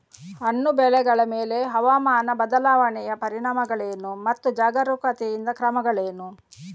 ಹಣ್ಣು ಬೆಳೆಗಳ ಮೇಲೆ ಹವಾಮಾನ ಬದಲಾವಣೆಯ ಪರಿಣಾಮಗಳೇನು ಮತ್ತು ಜಾಗರೂಕತೆಯಿಂದ ಕ್ರಮಗಳೇನು?